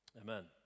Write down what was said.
Amen